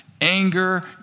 anger